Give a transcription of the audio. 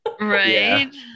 Right